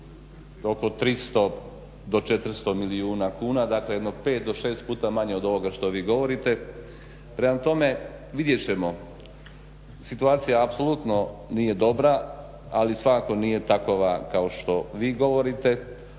oko 300 do 400 milijuna kuna, dakle jedno 5 do 6 puta manje od ovoga što vi govorite. Prema tome vidjet ćemo. Situacija apsolutno nije dobra ali svakako nije takova kao što vi govorite.